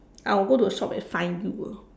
I will go to the shop and find you ah